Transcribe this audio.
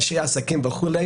אנשי עסקים וכו',